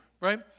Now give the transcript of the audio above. right